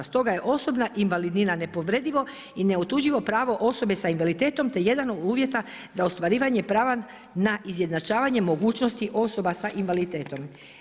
Stoga je osobna invalidnina, nepovredivo i neotuđivo pravo osoba s invaliditetom, te jedan od uvjeta, za ostvarivanje prava na izjednačavanje mogućnosti osoba s invaliditetom.